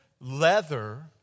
leather